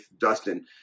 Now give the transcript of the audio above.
Dustin